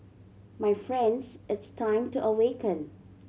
my friends it's time to awaken